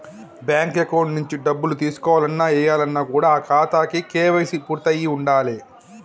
bank account నుంచి డబ్బులు తీసుకోవాలన్న, ఏయాలన్న కూడా ఆ ఖాతాకి కేవైసీ పూర్తయ్యి ఉండాలే